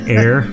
air